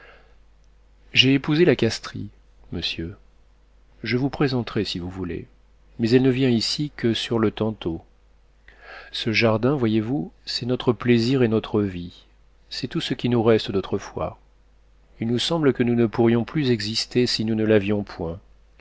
j'ai épousé la castris monsieur je vous présenterai si vous voulez mais elle ne vient ici que sur le tantôt ce jardin voyez-vous c'est notre plaisir et notre vie c'est tout ce qui nous reste d'autrefois il nous semble que nous ne pourrions plus exister si nous ne l'avions point